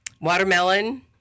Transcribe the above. watermelon